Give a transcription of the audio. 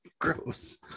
Gross